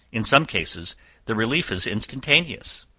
in some cases the relief is instantaneous.